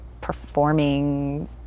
performing